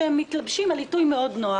שמתלבשים על עיתוי נוח מאוד.